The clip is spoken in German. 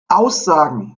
aussagen